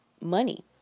money